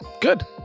good